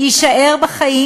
יישאר בחיים,